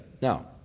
Now